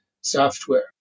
software